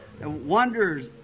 wonders